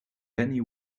penny